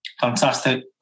Fantastic